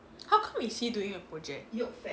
how come is he doing a project